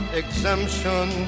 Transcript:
exemption